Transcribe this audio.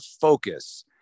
focus